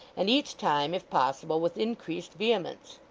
and each time, if possible, with increased vehemence.